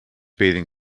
bathing